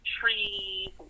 trees